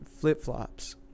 flip-flops